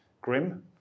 grim